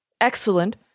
excellent